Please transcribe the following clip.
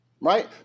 right